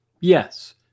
yes